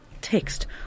text